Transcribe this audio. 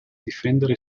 difendere